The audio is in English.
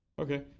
Okay